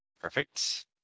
Perfect